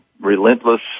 relentless